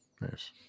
Nice